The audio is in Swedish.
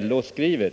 LO skriver: